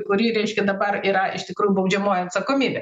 kurį reiškia dabar yra iš tikrųjų baudžiamoji atsakomybė